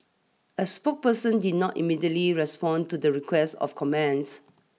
a spokesperson did not immediately respond to the request of comments